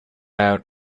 out